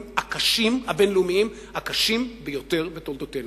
הבין-לאומיים הקשים ביותר בתולדותינו.